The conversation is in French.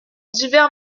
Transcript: divers